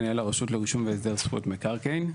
מנהל הרשות לרישום והסדר זכויות מקרקעין.